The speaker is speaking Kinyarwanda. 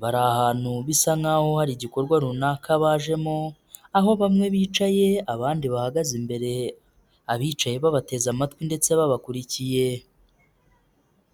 Bari ahantu bisa nkaho hari igikorwa runaka bajemo, aho bamwe bicaye, abandi bahagaze imbere, abicaye babateze amatwi ndetse babakurikiye.